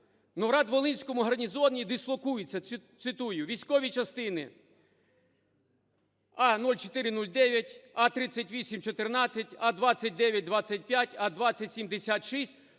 В Новоград-Волинському гарнізоні дислокуються, цитую: "Військові частини А0409, А3814, А2925, А2076,